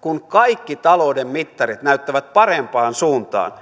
kun kaikki talouden mittarit näyttävät parempaan suuntaan